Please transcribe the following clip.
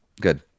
good